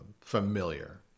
familiar